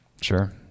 Sure